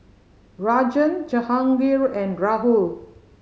Rajan Jahangir and Rahul